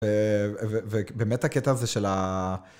ובאמת הקטע הזה של ה...